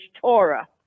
Torah